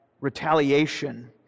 retaliation